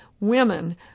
women